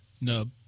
nub